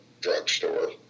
drugstore